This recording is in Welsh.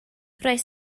roedd